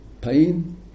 pain